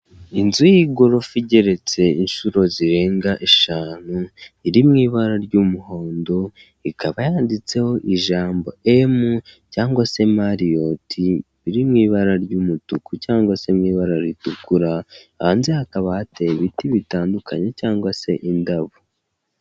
Inzu y'igorofa igeretse inshuro zirenga eshanu, iri mu ibara ry'umuhondo, ikaba yanditseho ijambo emu cyangwa se mariyoti riri mu ibara ry'umutuku cyangwa se mu ibara ritukura, hanze hakaba hateye ibiti bitandukanye cyangwa se indabo.